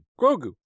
Grogu